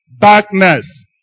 Darkness